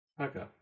Okay